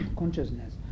consciousness